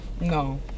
No